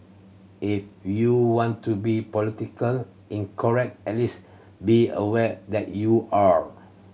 if you want to be politically incorrect at least be aware that you are